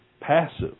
passive